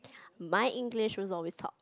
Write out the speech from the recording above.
my English was always top